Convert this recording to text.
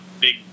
big